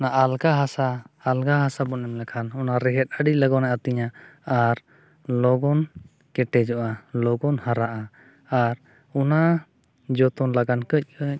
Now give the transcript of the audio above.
ᱚᱱᱟ ᱟᱞᱜᱟ ᱦᱟᱥᱟ ᱟᱞᱜᱟ ᱦᱟᱥᱟ ᱵᱚᱱ ᱮᱢ ᱞᱮᱠᱷᱟᱱ ᱚᱱᱟ ᱨᱮᱦᱮᱫ ᱟᱹᱰᱤ ᱞᱚᱜᱚᱱᱮ ᱟᱹᱛᱤᱧᱟ ᱟᱨ ᱞᱚᱜᱚᱱ ᱠᱮᱴᱮᱡᱚᱜᱼᱟ ᱞᱚᱜᱚᱱ ᱦᱟᱨᱟᱜᱼᱟ ᱟᱨ ᱚᱱᱟ ᱡᱚᱛᱚᱱ ᱞᱟᱜᱟᱫ ᱠᱟᱹᱡᱼᱠᱟᱹᱡ